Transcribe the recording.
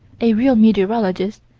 a real meteorologist,